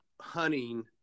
hunting